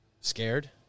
scared